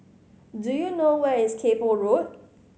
do you know where is Kay Poh Road